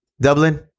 Dublin